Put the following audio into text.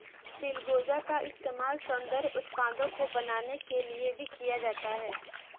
चिलगोजा का इस्तेमाल सौन्दर्य उत्पादों को बनाने के लिए भी किया जाता है